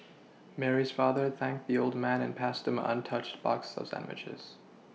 Mary's father thanked the old man and passed him an untouched box of sandwiches